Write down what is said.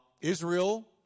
Israel